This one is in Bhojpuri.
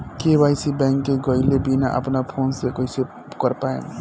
के.वाइ.सी बैंक मे गएले बिना अपना फोन से कइसे कर पाएम?